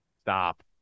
Stop